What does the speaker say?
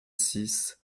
six